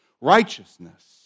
Righteousness